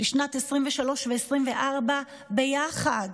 לשנת 2023 ו-2024 ביחד,